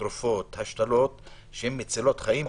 תרופות, השתלות שמצילות חיים.